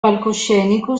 palcoscenico